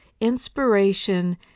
inspiration